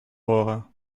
horen